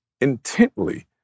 intently